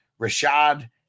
Rashad